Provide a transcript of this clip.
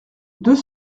deux